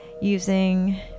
using